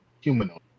humanoid